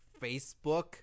Facebook